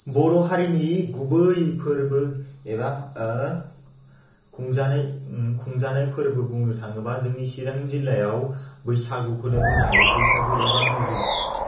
बर' हारिनि गुबै फोरबो एबा खुंजानाय खुंजानाय फोरबो बुंनो थाङोब्ला जोंनि चिरां जिल्लायाव बैसागुखौनो बुंनो हायो बैसागु एबा बिहु